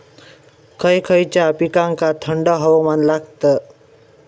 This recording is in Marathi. खय खयच्या पिकांका थंड हवामान लागतं?